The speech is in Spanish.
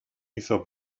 hizo